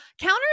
counter